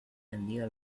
vendida